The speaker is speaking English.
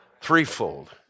threefold